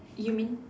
you mean